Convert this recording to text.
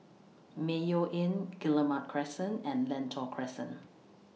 Mayo Inn Guillemard Crescent and Lentor Crescent